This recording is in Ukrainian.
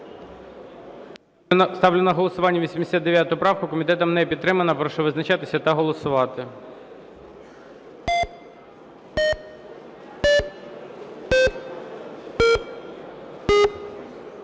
Ставлю на голосування 89 правку. Комітетом не підтримана. Прошу визначатися та голосувати.